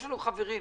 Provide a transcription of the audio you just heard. כן, כן.